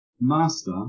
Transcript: Master